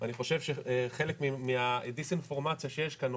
ואני חושב שחלק מהדיס אינפורמציה שיש כאן,